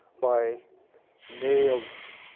by may of,